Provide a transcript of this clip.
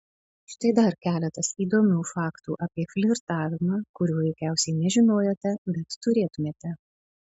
štai dar keletas įdomių faktų apie flirtavimą kurių veikiausiai nežinojote bet turėtumėte